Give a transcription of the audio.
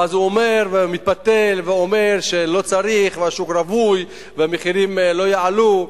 ואז הוא מתפתל ואומר שלא צריך והשוק רווי והמחירים לא יעלו.